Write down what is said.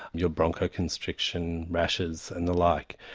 your bronchial constriction, rashes and the like.